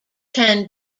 can